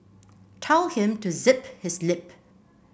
tell him to zip his lip